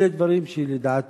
אלה דברים שלדעתי,